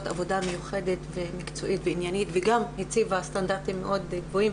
עבודה מיוחדת מקצועית ועניינית וגם הציבה סטנדרטים מאוד גבוהים,